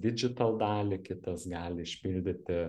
didžital dalį kitas gali išpildyti